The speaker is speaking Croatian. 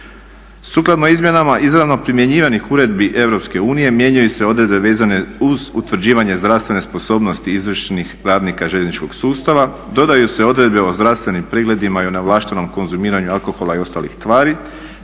Sukladno izmjenama izravno primjenjivanih uredbi Europske unije mijenjaju se odredbe vezane uz utvrđivanje zdravstvene sposobnosti izvršnih radnika željezničkog sustava, dodaju se odredbe o zdravstvenim pregledima i o neovlaštenom konzumiranju alkohola i ostalih tvari